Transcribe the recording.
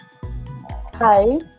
Hi